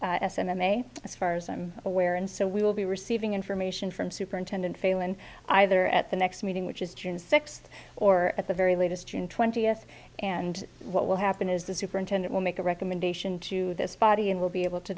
m m a as far as i'm aware and so we will be receiving information from superintendent failon either at the next meeting which is june sixth or at the very latest june twentieth and what will happen is the superintendent will make a recommendation to this body and will be able to